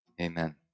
amen